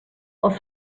els